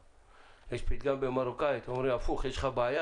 יש פתגם במרוקאית שאומר: יש לך בעיה?